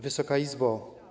Wysoka Izbo!